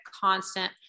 constant